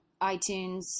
iTunes